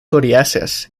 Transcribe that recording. coriáceas